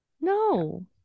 no